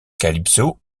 calypso